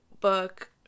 book